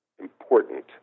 important